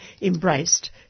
embraced